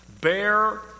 bear